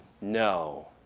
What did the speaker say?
No